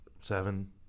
seven